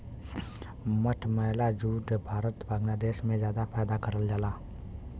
मटमैला जूट भारत बांग्लादेश में जादा पैदा करल जाला